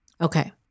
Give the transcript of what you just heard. Okay